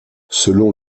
selon